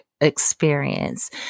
experience